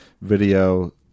video